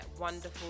wonderful